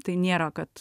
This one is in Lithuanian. tai nėra kad